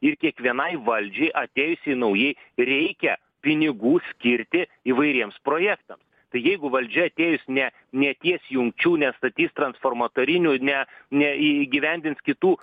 ir kiekvienai valdžiai atėjusiai naujai reikia pinigų skirti įvairiems projektams tai jeigu valdžia atėjus ne neties jungčių nestatys transformatorinių ne neįgyvendins kitų